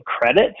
credit